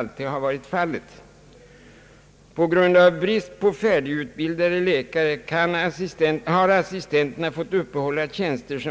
Assistenterna har till följd av bristen på färdigutbildade läkare fått vikariera på läkartjänster, och